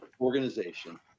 organization